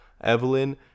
evelyn